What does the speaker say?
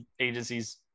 agencies